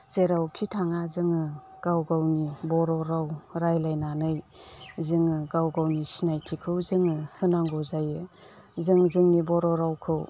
जेरावखि थाङा जोङो गाव गावनि बर' राव रायज्लायनानै जोङो गाव गावनि सिनायथिखौ जोङो होनांगौ जायो जों जोंनि बर' रावखौ